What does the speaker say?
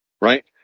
right